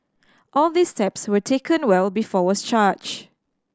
all of these steps were taken well before was charged